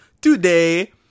today